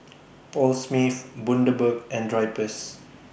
Paul Smith Bundaberg and Drypers